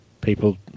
people